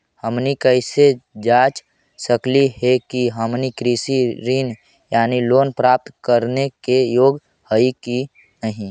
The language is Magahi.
हमनी कैसे जांच सकली हे कि हमनी कृषि ऋण यानी लोन प्राप्त करने के योग्य हई कि नहीं?